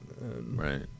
Right